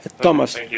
Thomas